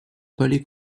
palais